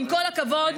עם כל הכבוד,